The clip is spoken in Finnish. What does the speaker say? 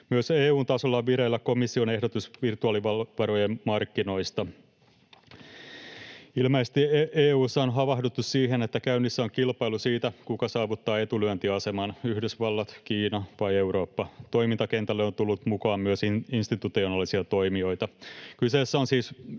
Myös EU:n tasolla on vireillä komission ehdotus virtuaalivarojen markkinoista. Ilmeisesti EU:ssa on havahduttu siihen, että käynnissä on kilpailu siitä, kuka saavuttaa etulyöntiaseman: Yhdysvallat, Kiina vai Eurooppa. Toimintakentälle on tullut mukaan myös institutionaalisia toimijoita.